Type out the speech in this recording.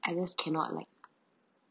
I just cannot like